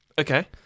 Okay